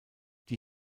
die